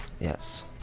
Yes